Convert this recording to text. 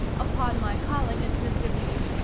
upon my calling at mr. b s,